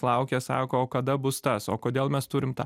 laukia sako kada bus tas o kodėl mes turim tą